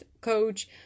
coach